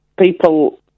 people